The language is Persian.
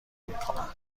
میکند